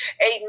Amen